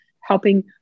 helping